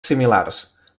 similars